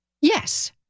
Yes